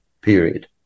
period